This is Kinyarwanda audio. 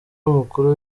umukuru